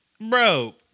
Bro